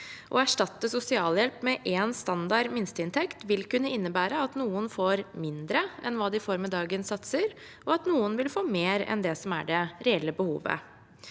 Å erstatte sosialhjelp med én standard minsteinntekt vil kunne innebære at noen får mindre enn hva de får med dagens satser, og at noen vil få mer enn det som er det reelle behovet.